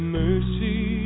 mercy